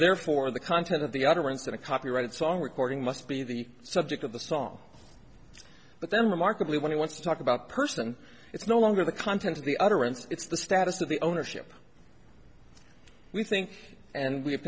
therefore the content of the utterance of a copyrighted song recording must be the subject of the song but then remarkably when he wants to talk about person it's no longer the content of the utterance it's the status of the ownership we think and we have